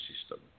system